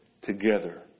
together